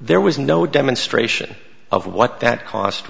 there was no demonstration of what that cost